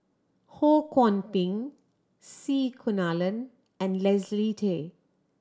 Ho Kwon Ping C Kunalan and Leslie Tay